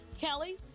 Kelly